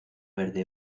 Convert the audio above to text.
verde